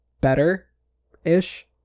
better-ish